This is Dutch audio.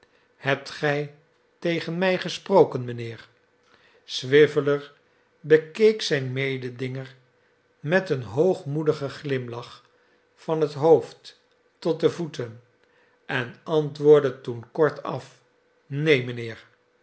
hebt gij tegen mij gesproken mijnheer swiveller bekeek zijn mededinger met een hoogmoedigen glimlach van het hoofd tot de voeten en antwoordde toen kortaf neen